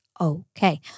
okay